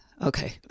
okay